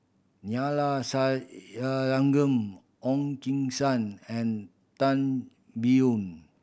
Neila Sathyalingam Ong Keng Sen and Tan Biyun